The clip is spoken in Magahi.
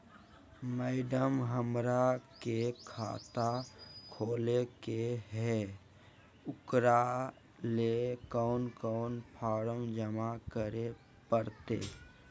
मैडम, हमरा के खाता खोले के है उकरा ले कौन कौन फारम जमा करे परते?